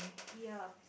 ya